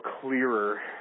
clearer